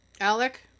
Alec